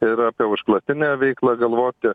ir apie užklasinę veiklą galvoti